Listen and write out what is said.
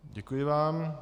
Děkuji vám.